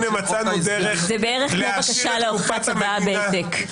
ולחסוך לו את עצם הגשת הבקשה להוכחת הצוואה בהעתק.